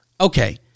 Okay